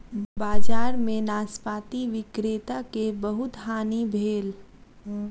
बजार में नाशपाती विक्रेता के बहुत हानि भेल